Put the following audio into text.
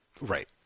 Right